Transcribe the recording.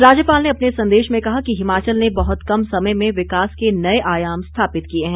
राज्यपाल ने अपने संदेश में कहा कि हिमाचल ने बहुत कम समय में विकास के नए आयाम स्थापित किए हैं